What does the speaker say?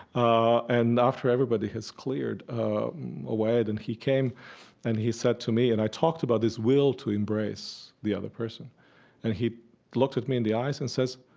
ah and after everybody has cleared away, then he came and he said to me and i talked about this will to embrace the other person and he looked at me in the eyes and says,